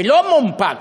שלא מונפק,